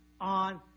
on